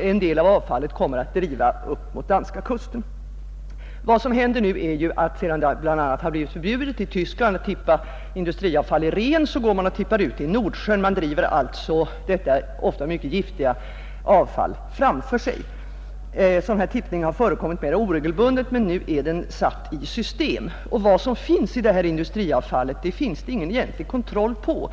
en del av avfallet kommer att driva upp emot danska kusten. Vad som händer nu är att sedan det bl, a. blivit förbjudet i Tyskland att tippa industriavfall i Rhen, så tippar man ut det i Nordsjön. Man driver alltså detta ofta mycket giftiga avfall framför sig, Sådan tippning har förekommit mera oregelbundet, men nu är den satt i system. Vad detta industriavfall innehåller finns ingen egentlig kontroll på.